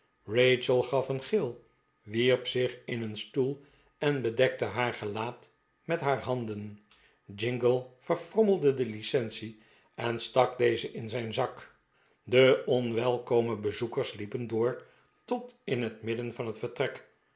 rachel gaf een gil wierp zich in een stoel en bedekte haar gelaat met haar handen jingle verfrommelde de licence en stak deze in zijn zak de onwelkome bezoekers liepen door tot in het midden van het vertrek